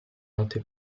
notte